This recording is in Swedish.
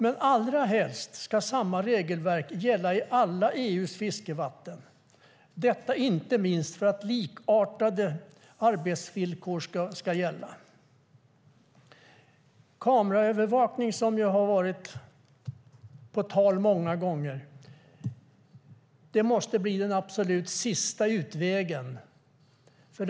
Men allra helst ska samma regelverk gälla i alla EU:s fiskevatten, detta inte minst för att likartade arbetsvillkor ska gälla. Kameraövervakning, som ju har varit på tal många gånger, måste bli den absolut sista utvägen.